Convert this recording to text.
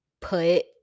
put